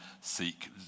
seek